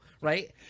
right